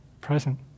present